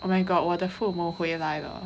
oh my god 我的父母回来了